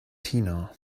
tina